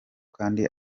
kandi